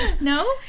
No